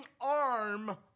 arm